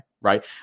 Right